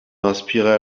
inspirer